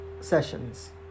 sessions